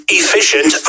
efficient